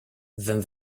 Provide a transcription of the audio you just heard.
then